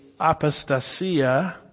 apostasia